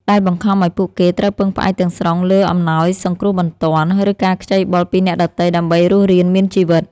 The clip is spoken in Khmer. ដែលបង្ខំឱ្យពួកគេត្រូវពឹងផ្អែកទាំងស្រុងលើអំណោយសង្គ្រោះបន្ទាន់ ឬការខ្ចីបុលពីអ្នកដទៃដើម្បីរស់រានមានជីវិត។